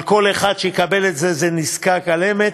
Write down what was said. אבל כל אחד שיקבל את זה הוא נזקק על אמת.